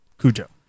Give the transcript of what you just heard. Cujo